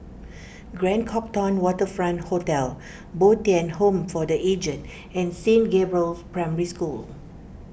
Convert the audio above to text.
Grand Copthorne Waterfront Hotel Bo Tien Home for the Aged and Saint Gabriel's Primary School